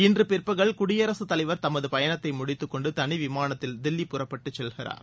இன்று பிற்பகல் குடியரசு தலைவர் தமது பயணத்தை முடித்துக்கொண்டு தனி விமானத்தில் தில்லி புறப்பட்டுச் செல்கிறார்